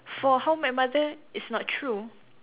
for how I met your mother it's not true